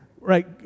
right